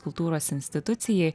kultūros institucijai